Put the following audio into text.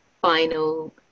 final